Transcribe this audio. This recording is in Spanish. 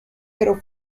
pero